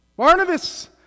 Barnabas